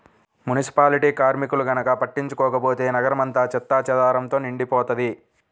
municipality కార్మికులు గనక పట్టించుకోకపోతే నగరం అంతా చెత్తాచెదారంతో నిండిపోతది